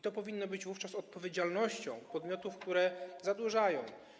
To powinna być wówczas odpowiedzialność podmiotów, które zadłużają.